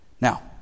Now